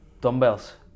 dumbbells